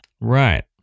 Right